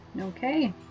Okay